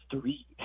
three